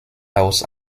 aus